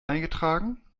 eingetragen